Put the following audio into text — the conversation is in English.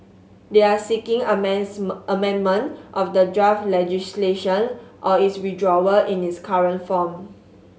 they are seeking amendment of the draft legislation or its withdrawal in its current form